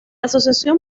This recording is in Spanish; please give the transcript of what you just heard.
asociación